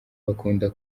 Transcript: bakunda